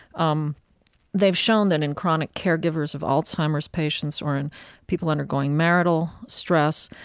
um they've shown that in chronic caregivers of alzheimer's patients or in people undergoing marital stress,